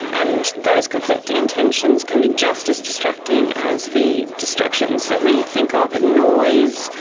and those conflicting intentions can be just as distracting as the distractions that we think of in noise,